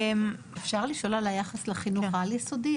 אפשר לשאול על היחס לחינוך העל-יסודי,